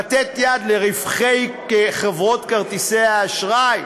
לתת יד לרווחי חברות כרטיסי האשראי?